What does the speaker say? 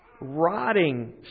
rotting